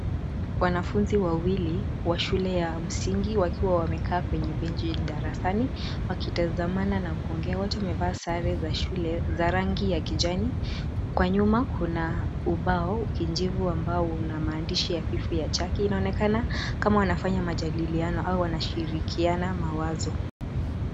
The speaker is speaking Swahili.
Wanafunzi wawili wa shule ya msingi wakiwa wamekaa kwenye benchi darasani wakitazamana na kuongea. Wote wamevaa sare za shule za rangi ya kijani. Kwa nyuma kuna ubao kijivu ambao una maandishi hafifu ya chaki. Inaonekana kama wanafanya majadiliano au wanashirikiana mawazo.